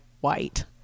white